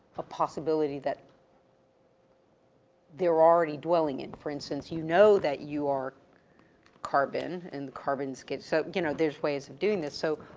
a possibility that they're already dwelling in. for instance, you know that you are carbon and carbons give, so you know, there's ways of doing this. so,